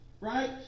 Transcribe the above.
Right